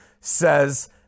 says